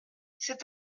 c’est